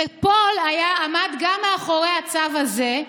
ופול עמד גם מאחורי הצו הזה.